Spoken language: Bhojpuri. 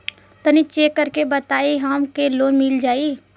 तनि चेक कर के बताई हम के लोन मिल जाई?